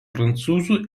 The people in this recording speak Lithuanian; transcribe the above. prancūzų